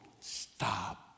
stop